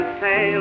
say